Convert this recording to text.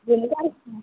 झुमका